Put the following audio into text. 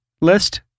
list